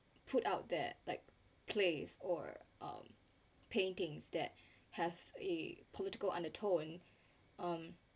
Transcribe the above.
put out that like plays or um paintings that have a political undertone um